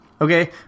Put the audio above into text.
okay